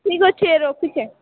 ଠିକ୍ ଅଛେ ରଖୁଛେଁ